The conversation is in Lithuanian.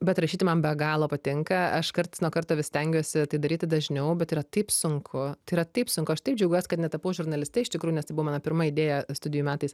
bet rašyti man be galo patinka aš karts nuo karto vis stengiuosi tai daryti dažniau bet yra taip sunku tai yra taip sunku aš taip džiaugiuos kad netapau žurnaliste iš tikrų nes tai buvo mano pirma idėja studijų metais